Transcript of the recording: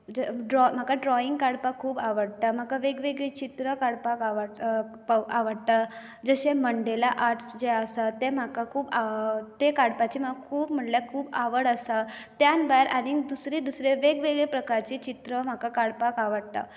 drawing म्हाका drawing काडपाक खूब आवडटा म्हाका वेग वेगळी चित्रां काडपाक आवडटा आवडटा जशें मंडेला आर्ट्स जें आसा तें म्हाका खूब ते काडपाचें म्हाका खूब म्हणल्यार खूब आवड आसा त्यान भायर आनीक दुसरे दुसरे वेग वेगळे प्रकारचीं चित्रां म्हाका काडपाक आवडटा